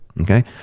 okay